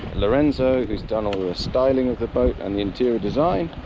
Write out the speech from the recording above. lorenzo who's done all the styling of the boat and the interior design,